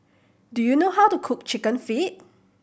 do you know how to cook Chicken Feet